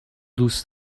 دوست